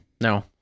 No